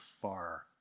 far